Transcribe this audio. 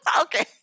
Okay